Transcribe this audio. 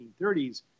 1930s